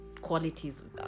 qualities